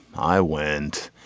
i went.